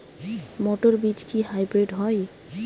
মটর বীজ কি হাইব্রিড হয়?